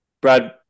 Brad